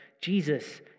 Jesus